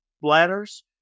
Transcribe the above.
bladders